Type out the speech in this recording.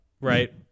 Right